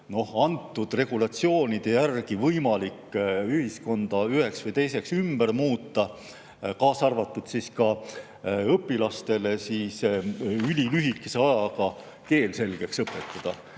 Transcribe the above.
antud regulatsioonide järgi võimalik ühiskonda ühte‑ või teistmoodi ümber muuta, kaasa arvatud õpilastele ülilühikese ajaga keel selgeks õpetada,